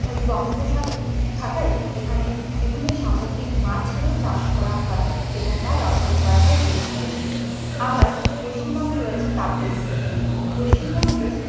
বঙ্গোপসাগর থাকায় এখানে বিভিন্ন সামুদ্রিক মাছেরও চাষ করা হয় এবং তা রপ্তানি করা হয় দেশবিদেশে আবার পশ্চিমবঙ্গে রয়েছে তাপবিদ্যুৎ কেন্দ্র পশ্চিমবঙ্গে